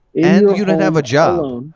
and you didn't have a job.